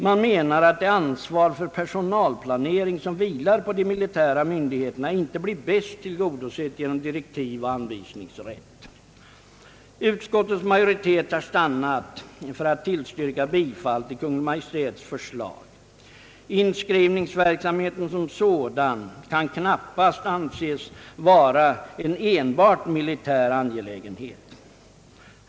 Man menar att det ansvar för personalplanering som vilar på de militära myndigheterna inte blir bäst tillgodosett genom direktivoch anvisningsrätt. Utskottets majoritet har stannat för att tillstyrka bifall till Kungl. Maj:ts förslag. Inskrivningsverksamheten som sådan kan knappast anses vara en enbart militär angelägenhet.